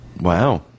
Wow